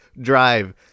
Drive